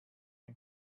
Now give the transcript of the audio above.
and